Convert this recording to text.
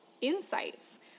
insights